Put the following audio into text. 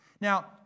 Now